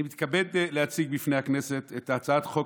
אני מתכבד להציג בפני הכנסת את הצעת חוק